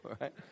right